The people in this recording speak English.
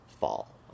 fall